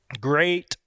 Great